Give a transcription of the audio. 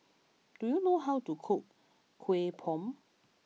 do you know how to cook Kuih Bom